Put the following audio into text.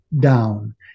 down